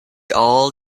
all